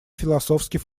философский